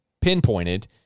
pinpointed